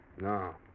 No